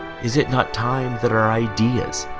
is it not time that our ideas?